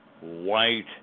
white